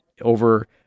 Over